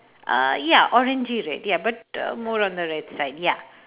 uh ya orangery red ya but uh more on the red side ya